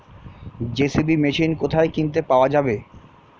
JCB machine কোথায় কিনতে পাওয়া যাবে?